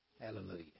Hallelujah